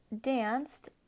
danced